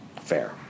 Fair